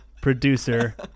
producer